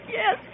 yes